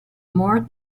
more